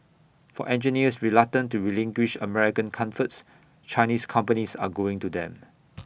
for engineers reluctant to relinquish American comforts Chinese companies are going to them